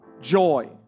joy